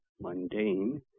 mundane